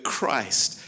Christ